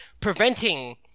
preventing